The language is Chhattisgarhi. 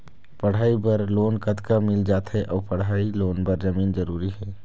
पढ़ई बर लोन कतका मिल जाथे अऊ पढ़ई लोन बर जमीन जरूरी हे?